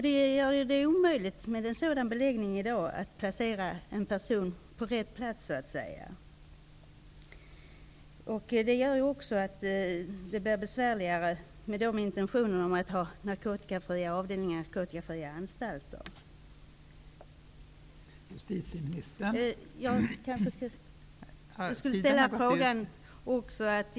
Det är omöjligt med en sådan beläggning som i dag att placera en person på rätt plats. Det gör också att det blir besvärligare med intentionerna att ha narkotikafria avdelningar och narkotikafria anstalter.